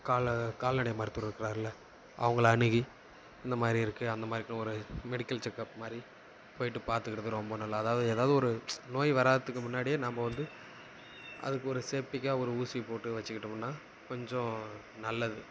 காலு கால்நடை மருத்துவர் இருக்கிறார்ல அவங்கள அணுகி இந்த மாதிரி இருக்குது அந்த மாதிரி இருக்குன்னு ஒரு மெடிக்கல் செக்அப் மாதிரி போய்ட்டு பார்த்துக்கிறது ரொம்ப நல்லது அதாவது எதாவது ஒரு நோய் வரத்துக்கு முன்னாடியே நாம் வந்து அதுக்கு ஒரு சேஃப்டிக்காக ஒரு ஊசி போட்டு வெச்சுக்கிட்டோம்னா கொஞ்சம் நல்லது